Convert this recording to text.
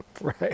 right